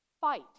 Fight